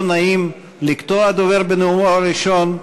לא נעים לקטוע דובר בנאומו הראשון.